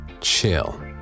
chill